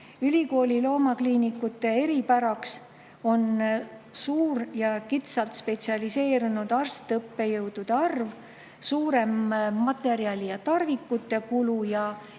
Ülikooli loomakliinikute eripäraks on suur ja kitsalt spetsialiseerunud arst-õppejõudude arv, suurem materjali ja tarvikute kulu ning eriti